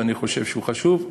ואני חושב שהוא חשוב.